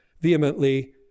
vehemently